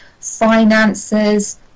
finances